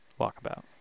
walkabout